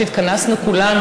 שהתכנסנו כולנו,